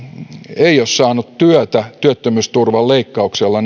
ei ole saanut työtä työttömyysturvan leikkauksella